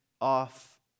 off